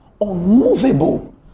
unmovable